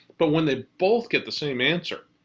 but when they both get the same answer.